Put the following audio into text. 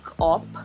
up